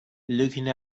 looking